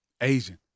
Asian